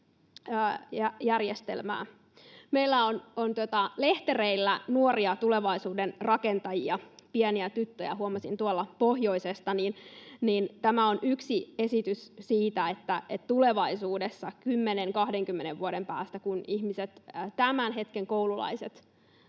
Meillä on lehtereillä nuoria tulevaisuuden rakentajia, pieniä tyttöjä pohjoisesta — huomasin tuolla. Tämä on yksi esitys siihen, että kun tulevaisuudessa, 10—20 vuoden päästä, ihmiset, tämän hetken koululaiset,